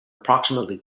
approximately